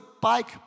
bike